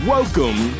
Welcome